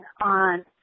on